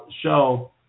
show